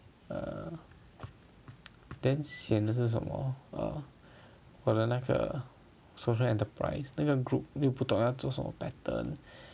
err then 是什么 err 我的那个 social enterprise 那个 group 又不懂要出什么 pattern